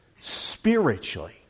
spiritually